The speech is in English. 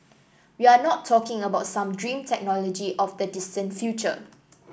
we are not talking about some dream technology of the distant future